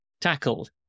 tackled